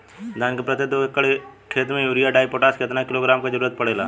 धान के प्रत्येक दो एकड़ खेत मे यूरिया डाईपोटाष कितना किलोग्राम क जरूरत पड़ेला?